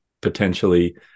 potentially